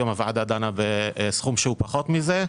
היום הועדה דנה בסכום פחות מזה.